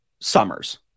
Summers